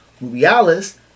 Rubiales